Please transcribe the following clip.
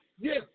Yes